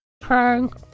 Prank